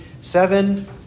seven